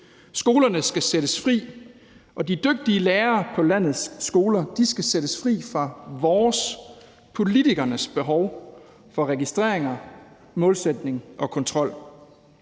Skolerne skal sættes fri, og de dygtige lærere på landets skoler skal sættes fri fra vores, altså politikernes, behov – sættes fri fra registreringer, målsætning og kontrol.